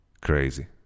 Crazy